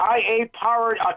IA-powered